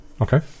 Okay